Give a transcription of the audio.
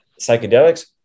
Psychedelics